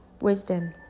wisdom